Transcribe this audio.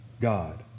God